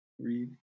read